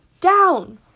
Down